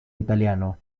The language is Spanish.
italiano